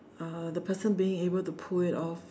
uh the person being able to pull it off